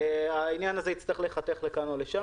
העניין הזה יצטרך להיחתך לכאן או לשם.